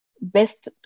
best